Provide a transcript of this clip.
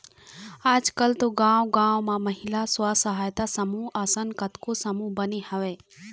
आजकल तो गाँव गाँव म महिला स्व सहायता समूह असन कतको समूह बने हवय